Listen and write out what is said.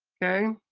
okay.